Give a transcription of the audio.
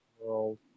world